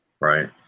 Right